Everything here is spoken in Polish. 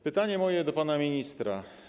Pytania moje do pana ministra.